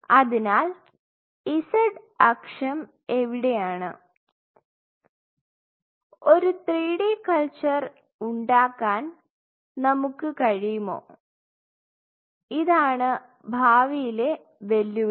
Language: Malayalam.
അതിനാൽ z അക്ഷം എവിടെയാണ് ഒരു 3D പാറ്റേൺ കൾച്ചർ ഉണ്ടാക്കാൻ നമുക്ക് കഴിയുമോ ഇതാണ് ഭാവിയിലെ വെല്ലുവിളി